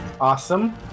Awesome